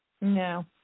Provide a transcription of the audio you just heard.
No